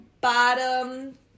Bottom